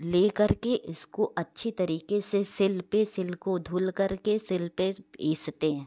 लेकर के इसको अच्छी तरीके से सील पर सील को धुलकर के सील पर पिसते हैं